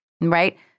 right